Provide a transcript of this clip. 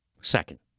Second